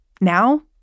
now